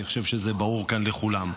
אני חושב שזה ברור כאן לכולם.